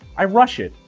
i rush it.